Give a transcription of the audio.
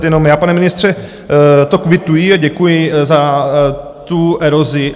Jenom já, pane ministře, to kvituji a děkuji za tu erozi.